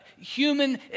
human